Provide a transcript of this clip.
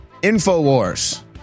Infowars